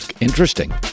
Interesting